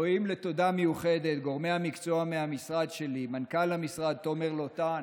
ראויים לתודה מיוחדת לגורמי המקצוע מהמשרד שליף מנכ"ל המשרד תומר לוטן,